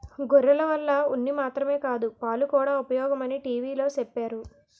గొర్రెల వల్ల ఉన్ని మాత్రమే కాదు పాలుకూడా ఉపయోగమని టీ.వి లో చెప్పేరు